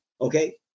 Okay